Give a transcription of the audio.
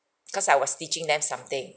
cause I was teaching them something